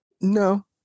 No